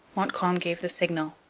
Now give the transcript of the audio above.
montcalm gave the signal,